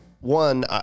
one –